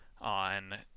on